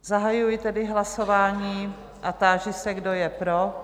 Zahajuji tedy hlasování a táži se, kdo je pro?